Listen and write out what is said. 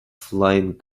flying